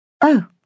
Oh